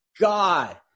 God